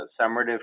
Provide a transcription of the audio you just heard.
summative